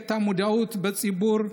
את המודעות בציבור,